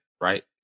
right